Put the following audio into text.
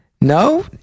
No